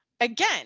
again